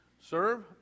serve